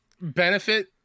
benefit